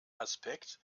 aspekt